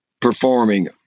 performing